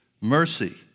mercy